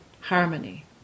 harmony